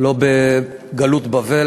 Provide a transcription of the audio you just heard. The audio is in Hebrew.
לא בגלות בבל